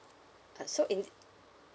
uh so in